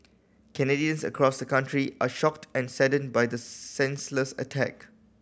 Canadians across the country are shocked and saddened by this senseless attack